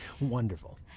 Wonderful